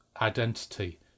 identity